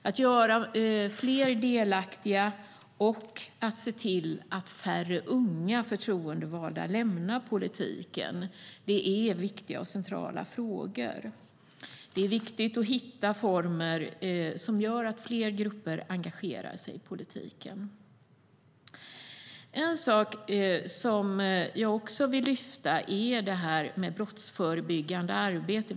Att göra fler delaktiga och se till att färre unga förtroendevalda lämnar politiken är viktiga och centrala frågor. Det är viktigt att hitta former som gör att fler grupper engagerar sig i politiken. En sak som jag också vill lyfta fram är det brottsförebyggande arbetet.